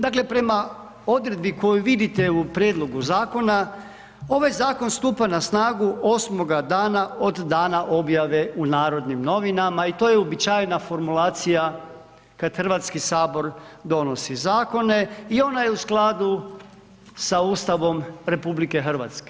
Dakle prema odredbi koju vidite u prijedlogu zakona, ovaj zakon stupa na snagu osmoga dana od dana objave u Narodnim novinama i to je uobičajena formulacija kad Hrvatski sabor donosi zakone i ona je u skladu sa Ustavom RH.